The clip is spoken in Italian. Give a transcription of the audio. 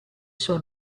suo